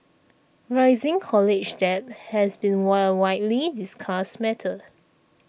rising college debt has been wile widely discussed matter